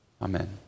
Amen